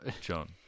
John